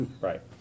right